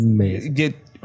get